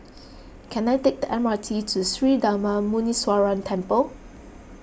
can I take the M R T to Sri Darma Muneeswaran Temple